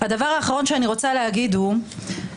הדבר האחרון שאני רוצה להגיד הוא שאני